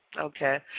Okay